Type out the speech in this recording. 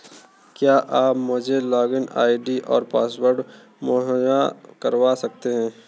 क्या आप मुझे लॉगिन आई.डी और पासवर्ड मुहैय्या करवा सकते हैं?